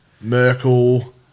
Merkel